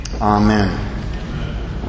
amen